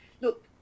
look